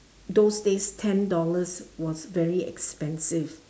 those days ten dollars was very expensive